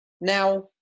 Now